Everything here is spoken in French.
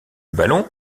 ballon